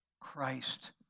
Christ